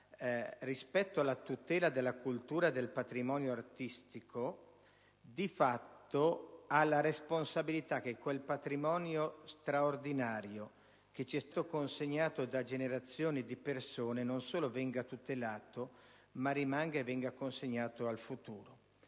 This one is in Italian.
rispetto alla tutela della cultura e del patrimonio artistico, debba fare in modo che quel patrimonio straordinario, consegnatoci da generazioni di persone, non solo venga tutelato, ma rimanga e venga consegnato al futuro.